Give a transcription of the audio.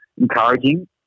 encouraging